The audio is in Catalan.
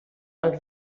pel